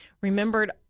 remembered